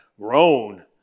grown